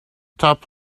top